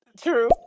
True